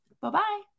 bye-bye